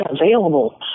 available